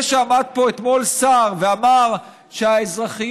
זה שעמד פה אתמול שר ואמר שהאזרחיות